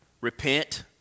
repent